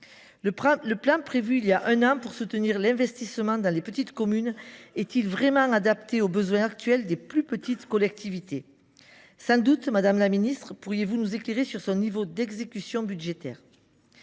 Le plan prévu il y a un an pour soutenir l’investissement dans les petites communes est il vraiment adapté aux besoins actuels des plus petites collectivités ? Sans doute, madame la ministre, pourrez vous nous éclairer sur son niveau d’exécution budgétaire.